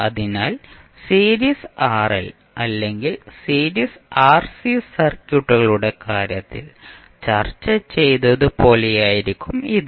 അതിനാൽ series RL അല്ലെങ്കിൽ series RC സർക്യൂട്ടുകളുടെ കാര്യത്തിൽ ചർച്ച ചെയ്തതുപോലെയായിരിക്കും ഇത്